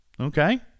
okay